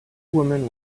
women